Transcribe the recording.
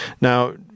Now